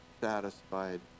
satisfied